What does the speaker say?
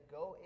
go